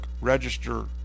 Register